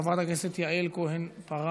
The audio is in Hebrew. חברת הכנסת יעל כהן-פארן,